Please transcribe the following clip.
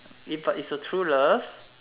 if but is a true love